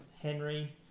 Henry